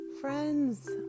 friends